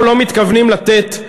אנחנו לא מתכוונים לתת,